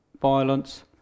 violence